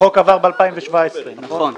החוק עבר ב-2017, נכון?